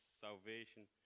salvation